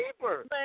cheaper